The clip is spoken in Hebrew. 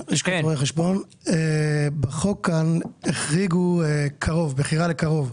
בחוק החריגו מכירה לקרוב.